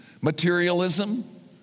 Materialism